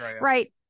right